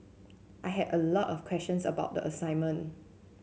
I had a lot of questions about the assignment